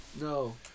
No